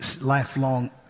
lifelong